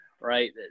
right